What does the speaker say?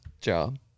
job